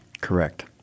Correct